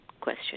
question